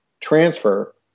transfer